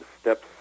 steps